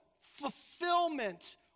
Fulfillment